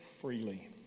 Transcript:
freely